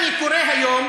אתם באמת שורפים,